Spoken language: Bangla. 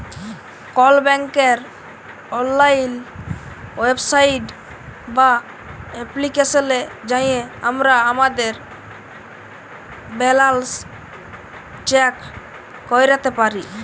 কল ব্যাংকের অললাইল ওয়েবসাইট বা এপ্লিকেশলে যাঁয়ে আমরা আমাদের ব্যাল্যাল্স চ্যাক ক্যইরতে পারি